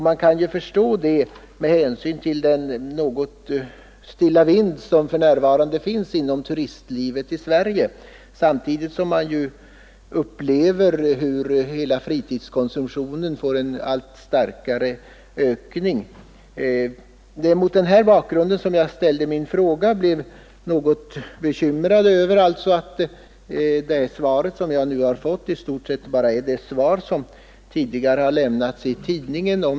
Man kan förstå det med hänsyn till den stilla vind som för närvarande blåser inom turistlivet i Sverige, samtidigt som man upplever hur hela fritidskonsumtionen får en allt starkare ökning. Mot denna bakgrund ställde jag alltså min fråga. Jag blev något bekymrad över att det svar som jag nu fått i stort sett är detsamma som tidigare lämnats i pressen.